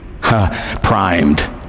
Primed